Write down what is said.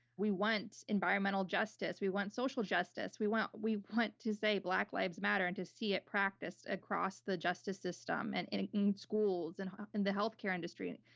we want environmental justice. we want social justice. we want we want to say black lives matter and to see it practiced across the justice system and in in schools and in the healthcare industry.